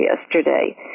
yesterday